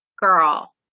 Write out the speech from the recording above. girl